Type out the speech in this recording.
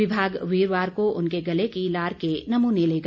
विभाग वीरवार को उनके गले की लार के नमूने लेगा